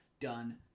done